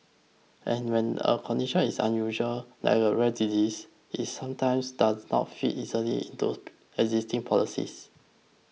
and when a condition is unusual like a rare disease it sometimes does not fit easily into existing policies